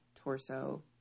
torso